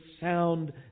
sound